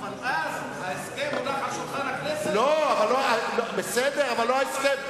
אבל אז ההסכם הונח על שולחן הכנסת, משה שחל,